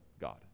God